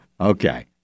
Okay